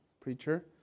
preacher